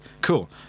Cool